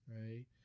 right